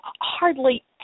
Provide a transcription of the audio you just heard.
hardly